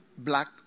black